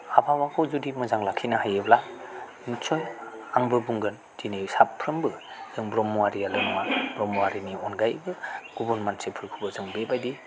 आबहावाखौ जुदि मोजां लाखिनो हायोब्ला निस्सय आंबो बुंगोन दिनै साफ्रोमबो जों ब्रह्मआरिआल' नङा ब्रह्मआरिनि अनगायैबो गुबुन मानसिफोरखौबो जों बेबायदि